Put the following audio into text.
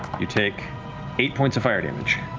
you take eight points of fire damage.